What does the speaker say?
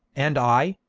and i,